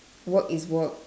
work is work